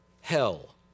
hell